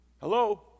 Hello